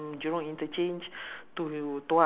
bukit batok gombak also I go